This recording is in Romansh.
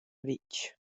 vitg